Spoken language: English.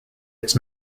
its